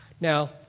Now